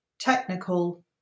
technical